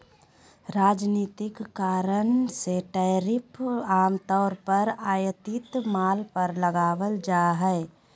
राजनीतिक कारण से टैरिफ आम तौर पर आयातित माल पर लगाल जा हइ